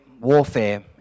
warfare